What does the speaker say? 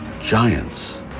giants